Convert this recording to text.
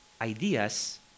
ideas